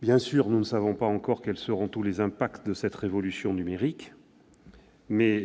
Bien sûr, nous ne savons pas encore quels seront tous les impacts de cette révolution numérique